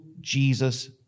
Jesus